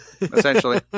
essentially